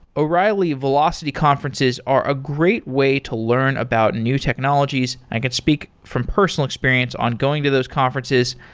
o'reilly velocity conferences are a great way to learn about new technologies. i can speak from personal experience on going to those conferences.